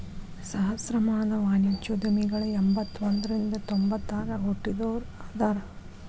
ಸಹಸ್ರಮಾನದ ವಾಣಿಜ್ಯೋದ್ಯಮಿಗಳ ಎಂಬತ್ತ ಒಂದ್ರಿಂದ ತೊಂಬತ್ತ ಆರಗ ಹುಟ್ಟಿದೋರ ಅದಾರ